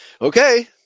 Okay